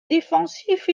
défensif